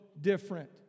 different